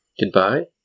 Goodbye